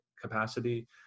capacity